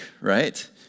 right